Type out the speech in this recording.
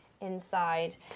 inside